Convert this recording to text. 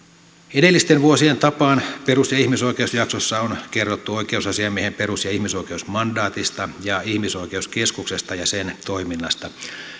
edellisten vuosien tapaan perus ja ihmisoikeusjaksossa on kerrottu oikeusasiamiehen perus ja ihmisoikeusmandaatista ja ihmisoikeuskeskuksesta ja sen toiminnasta